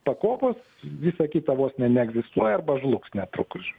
pakopos visa kita vos ne neegzistuoja arba žlugs netrukus